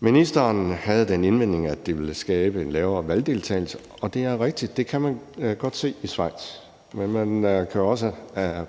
Ministeren havde den indvending, at det ville skabe en lavere valgdeltagelse, og det er rigtigt, at det kan man godt se i Schweiz. Men man kan også